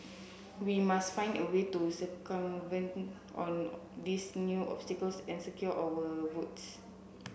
we must find a way to circumvent all these new obstacles and secure our votes